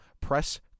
press